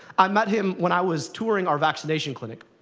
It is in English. i met him when i was touring our vaccination clinic.